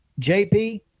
JP